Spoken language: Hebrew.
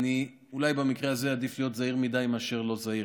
אולי במקרה הזה עדיף להיות זהיר מדי מאשר לא זהיר,